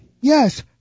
Yes